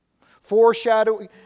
foreshadowing